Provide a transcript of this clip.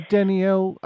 Danielle